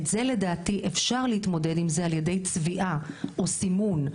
עם זה לדעתי אפשר להתמודד על ידי צביעה או סימון,